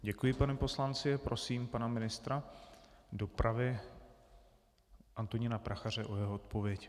Děkuji panu poslanci a prosím pana ministra dopravy Antonína Prachaře o jeho odpověď.